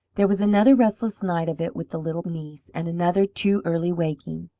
there was another restless night of it with the little niece, and another too early waking.